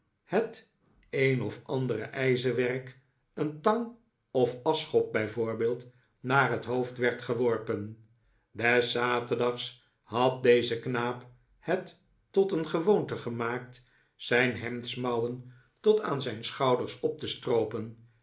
het een of andere ijzerwerk een tang of aschschop bij voorbeeld naar het hoofd werd geworpen des zaterdags had deze knaap het tot een gewoonte gemaakt zijn hemdsmouwen tot aan zijn schouders op te stroopen